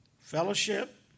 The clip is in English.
Fellowship